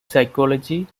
psychology